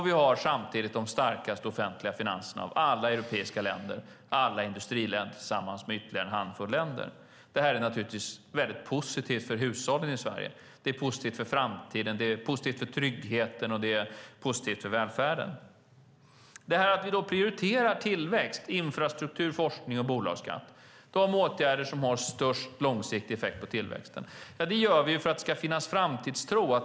Vi har samtidigt de starkaste offentliga finanserna av alla europeiska länder - alla industriländer och ytterligare en handfull länder. Det är naturligtvis positivt för hushållen i Sverige. Det är positivt för framtiden. Det är positivt för tryggheten och för välfärden. Vi prioriterar tillväxt, infrastruktur, forskning och bolagsskatt - de åtgärder som har störst långsiktig effekt på tillväxten - för att det ska finnas framtidstro.